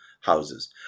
houses